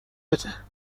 بده